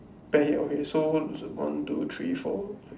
bet here okay so one two three four